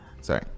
sorry